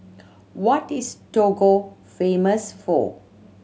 what is Togo famous for